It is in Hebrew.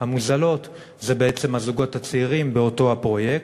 המוזלות זה בעצם הזוגות הצעירים באותו הפרויקט.